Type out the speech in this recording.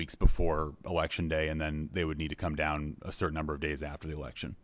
weeks before election day and then they would need to come down a certain number of days after the election